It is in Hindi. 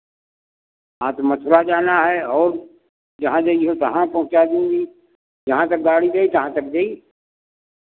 हाँ तो मथुरा जाना है और जहाँ जइहो तहाँ पहुँचा देंगे जहाँ तक गाड़ी जाई जहाँ तक जाई